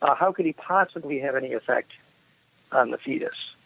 ah how could he probably have any effect on the fetus?